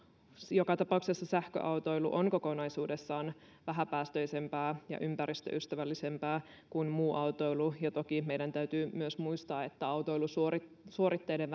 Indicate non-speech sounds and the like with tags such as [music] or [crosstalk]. joka tapauksessa sähköautoilu on kokonaisuudessaan vähäpäästöisempää ja ympäristöystävällisempää kuin muu autoilu toki meidän täytyy myös muistaa että autoilusuoritteiden [unintelligible]